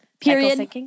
Period